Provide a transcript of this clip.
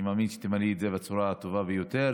אני מאמין שתמלאי את זה בצורה הטובה ביותר,